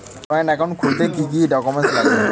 Joint account খুলতে কি কি ডকুমেন্টস লাগবে?